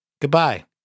Goodbye